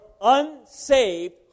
unsaved